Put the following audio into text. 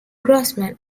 grossman